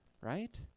right